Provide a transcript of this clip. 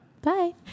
Bye